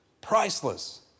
priceless